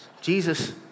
Jesus